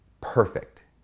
perfect